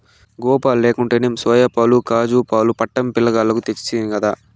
గోవుపాలు లేకుంటేనేం సోయాపాలు కాజూపాలు పట్టమ్మి పిలగాల్లకు తెస్తినిగదా